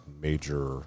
major